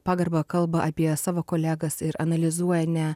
pagarba kalba apie savo kolegas ir analizuoja ne